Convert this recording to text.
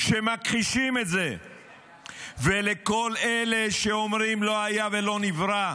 שמכחישים את זה ולכל אלה שאומרים לא היה ולא נברא,